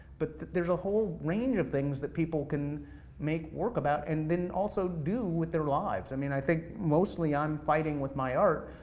but there's a whole range of things that people can make work about, and then also, do with their lives. i mean i think mostly i'm fighting with my art.